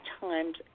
times